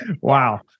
Wow